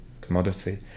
commodity